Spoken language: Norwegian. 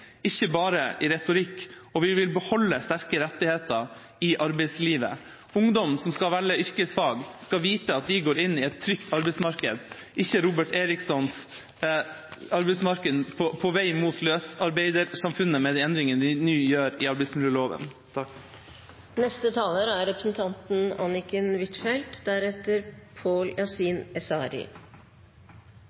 ikke bare i retorikk, og vi vil beholde sterke rettigheter i arbeidslivet. Ungdom som skal velge yrkesfag, skal vite at de går inn i et trygt arbeidsmarked – ikke Robert Erikssons arbeidsmarked, som er på vei mot løsarbeidersamfunnet med de endringene de nå gjør i arbeidsmiljøloven.